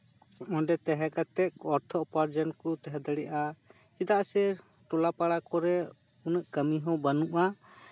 ᱚᱸᱰᱮ ᱛᱟᱦᱮᱸ ᱠᱟᱛᱮ ᱚᱨᱛᱷᱚ ᱩᱯᱟᱨᱡᱚᱱ ᱠᱚ ᱛᱟᱦᱮᱸ ᱫᱟᱲᱮᱭᱟᱜᱼᱟ ᱪᱮᱫᱟᱜ ᱥᱮ ᱴᱚᱞᱟ ᱯᱟᱲᱟ ᱠᱚᱨᱮ ᱩᱱᱟᱹᱜ ᱠᱟᱹᱢᱤ ᱦᱚᱸ ᱵᱟᱹᱱᱩᱜᱼᱟ